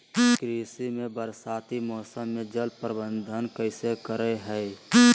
कृषि में बरसाती मौसम में जल प्रबंधन कैसे करे हैय?